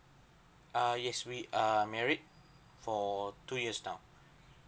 err yes we err married for two years now